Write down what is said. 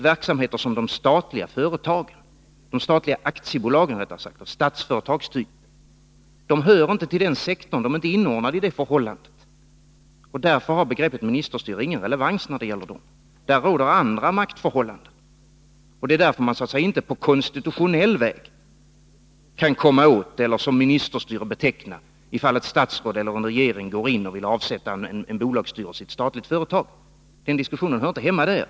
Verksamheter som de statliga aktiebolagen av Statsföretags typ hör inte till den sektorn, de är inte inordnade i det förhållandet, och därför har begreppet ministerstyre ingen relevans när det gäller dem. Där råder andra maktförhållanden, och därför kan man inte på så att säga konstitutionell väg komma åt eller beteckna det som ministerstyre, ifall ett statsråd eller en regering går in och vill avsätta en bolagsstyrelse i ett statligt företag. Den diskussionen hör inte hemma där.